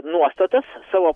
nuostatas savo